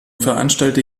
veranstalte